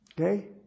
Okay